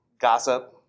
gossip